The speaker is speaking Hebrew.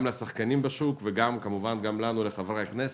גם לשחקנים בשוק וגם לחברי הכנסת,